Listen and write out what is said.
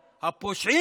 פושע?